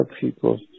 people